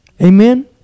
Amen